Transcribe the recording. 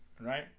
right